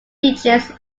digits